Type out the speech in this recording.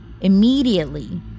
Immediately